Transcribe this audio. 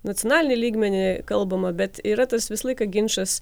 nacionalinį lygmenį kalbama bet yra tas visą laiką ginčas